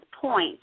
point